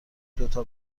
دوتا